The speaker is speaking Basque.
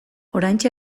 oraintxe